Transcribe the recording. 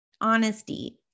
honesty